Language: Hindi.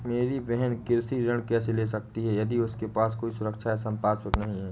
मेरी बहिन कृषि ऋण कैसे ले सकती है यदि उसके पास कोई सुरक्षा या संपार्श्विक नहीं है?